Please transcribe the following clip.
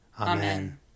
Amen